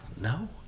no